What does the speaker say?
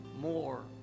more